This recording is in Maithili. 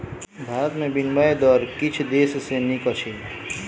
भारत में विनिमय दर किछ देश सॅ नीक अछि